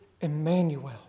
Emmanuel